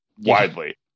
widely